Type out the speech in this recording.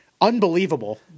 unbelievable